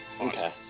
Okay